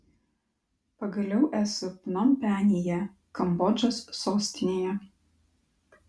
pagaliau esu pnompenyje kambodžos sostinėje